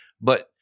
But-